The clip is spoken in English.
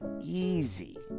easy